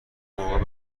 موقع